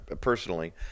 personally